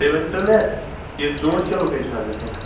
تُہۍ ؤنۍتَو مےٚ یہِ ژوٗنٛٹھۍ کِلو کٔے چھُ اَز گَژھان